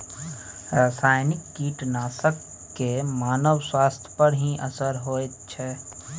रसायनिक कीटनासक के मानव स्वास्थ्य पर की असर होयत छै?